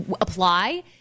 apply